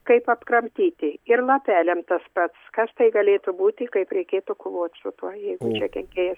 kaip apkramtyti ir lapeliam tas pats kas tai galėtų būti kaip reikėtų kovoti su tuo jeigu čia kenkėjas